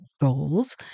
Goals